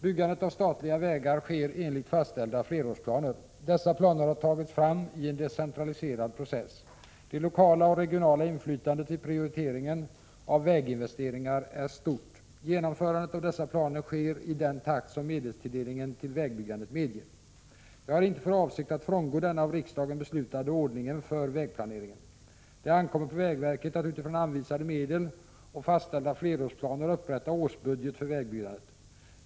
Byggandet av statliga vägar sker enligt fastställda flerårsplaner. Dessa planer har tagits fram i en decentraliserad process. Det lokala och regionala inflytandet vid prioriteringen av väginvesteringar är stort. Genomförandet av dessa planer sker i den takt som medelstilldelningen till vägbyggandet medger. Jag har inte för avsikt att frångå denna av riksdagen beslutade ordning för vägplaneringen. Det ankommer på vägverket att utifrån anvisade medel och fastställda flerårsplaner upprätta årsbudget för vägbyggandet.